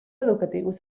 educatius